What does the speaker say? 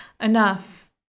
enough